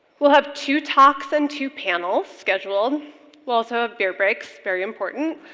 we'll have two talks and two panels scheduled. we'll also have beer breaks, very important,